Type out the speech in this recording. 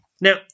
Now